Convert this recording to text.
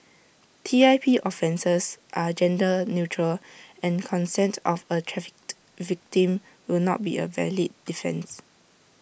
T I P offences are gender neutral and consent of A trafficked victim will not be A valid defence